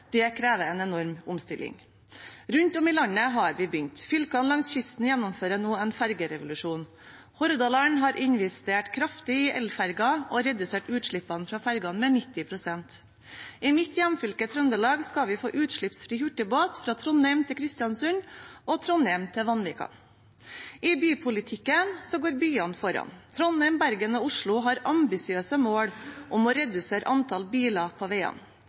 Det krever en enorm omstilling. Rundt om i landet har vi begynt. Fylkene langs kysten gjennomfører nå en fergerevolusjon. Hordaland har investert kraftig i elferger og redusert utslippene fra fergene med 90 pst. I mitt hjemfylke, Trøndelag, skal vi få utslippsfri hurtigbåt fra Trondheim til Kristiansund og fra Trondheim til Vanvikan. I bypolitikken går byene foran. Trondheim, Bergen og Oslo har ambisiøse mål om å redusere antall biler på veiene.